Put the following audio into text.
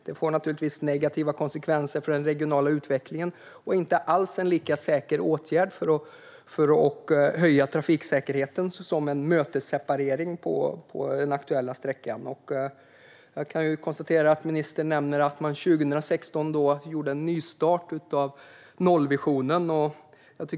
Det skulle naturligtvis få negativa konsekvenser för den regionala utvecklingen, och det är inte alls en lika säker åtgärd som mötesseparering på den aktuella sträckan för att höja trafiksäkerheten. Ministern nämnde att regeringen gjorde en nystart av nollvisionen 2016.